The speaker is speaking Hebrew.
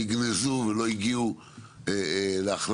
נגנזו ולא הגיעו להחלטה.